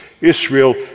Israel